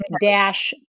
dash